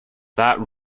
that